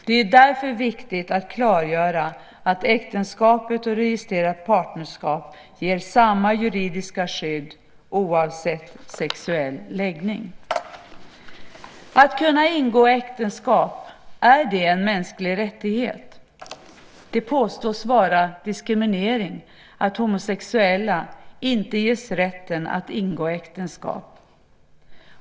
Det är därför viktigt att klargöra att äktenskapet och registrerat partnerskap ger samma juridiska skydd oavsett sexuell läggning. Att kunna ingå äktenskap, är det en mänsklig rättighet? Det påstås vara diskriminering att homosexuella inte ges rätten att ingå äktenskap.